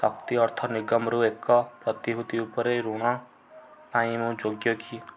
ଶକ୍ତି ଅର୍ଥ ନିଗମରୁ ଏକ ପ୍ରତିଭୂତି ଉପରେ ଋଣ ପାଇଁ ମୁଁ ଯୋଗ୍ୟ କି